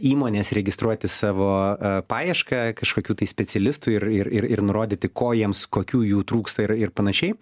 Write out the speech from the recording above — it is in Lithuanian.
įmonės registruoti savo paiešką kažkokių tai specialistų ir ir ir ir nurodyti ko jiems kokių jų trūksta ir ir panašiai